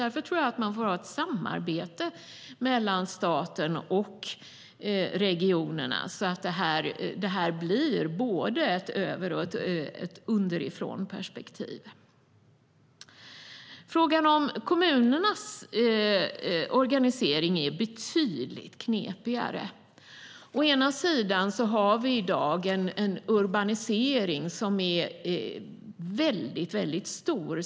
Därför tror jag att man bör ha ett samarbete mellan staten och regionerna, så att det blir både ett ovanifrån och ett underifrånperspektiv. Frågan om kommunernas organisering är betydligt knepigare. Å ena sidan har vi i dag en urbanisering som är väldigt stor.